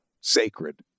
sacred